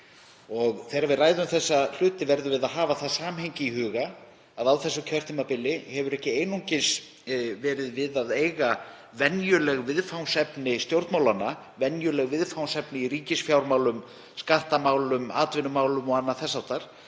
Þegar við ræðum þessa hluti verðum við að hafa það samhengi í huga að á þessu kjörtímabili hefur ekki einungis verið við að eiga venjuleg viðfangsefni stjórnmálanna, venjuleg viðfangsefni í ríkisfjármálum, skattamálum, atvinnumálum og annað þess háttar,